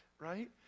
right